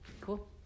Cool